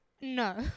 No